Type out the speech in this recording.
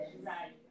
Right